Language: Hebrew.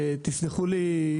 תסלחו לי,